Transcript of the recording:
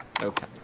Okay